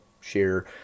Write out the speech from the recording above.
share